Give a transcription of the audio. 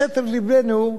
בסתר לבנו,